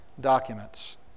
documents